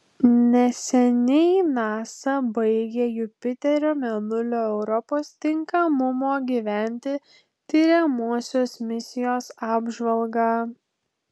neseniai nasa baigė jupiterio mėnulio europos tinkamumo gyventi tiriamosios misijos apžvalgą